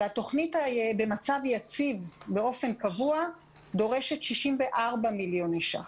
והתוכנית במצב יציב באופן קבוע דורשת 64 מיליון ש"ח.